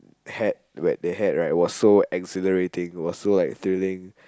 had where they had right was so exhilarating was so like thrilling